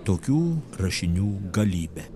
tokių rašinių galybė